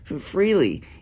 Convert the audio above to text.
Freely